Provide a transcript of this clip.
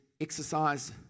exercise